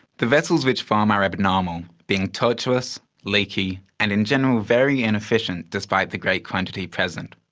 the vessels which form are abnormal, being tortuous, leaky and in general very inefficient, despite the great quantity present.